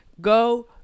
Go